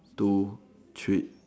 two three